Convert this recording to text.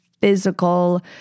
physical